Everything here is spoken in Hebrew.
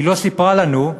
היא לא סיפרה לנו,